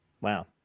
wow